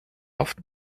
often